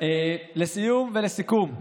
לסיום ולסיכום,